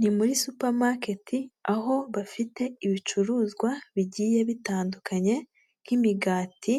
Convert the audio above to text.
Ni muri supamaketi aho bafite ibicuruzwa bigiye bitandukanye nk'imigati,